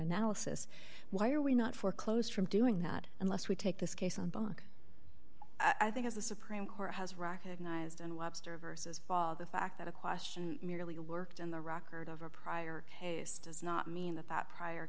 analysis why are we not foreclosed from doing that unless we take this case on buck i think as the supreme court has recognized and webster versus paul the fact that a question merely worked in the record of a prior case does not mean that that prior